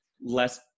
less